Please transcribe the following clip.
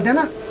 into